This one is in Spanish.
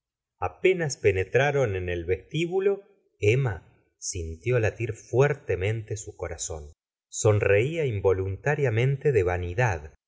apenas penetraron en el vestíbulo emma sintió latir fuertemente su corazón sonreía involuntariamente de vanidad